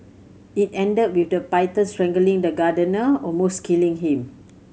it ended with the python strangling the gardener almost killing him